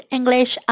English